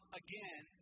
again